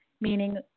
meaning